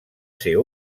ser